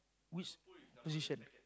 which position